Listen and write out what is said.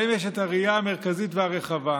להם יש את הראייה המרכזית והרחבה.